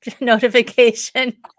notification